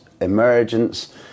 emergence